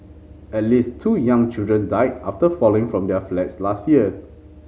at least two young children died after falling from their flats last year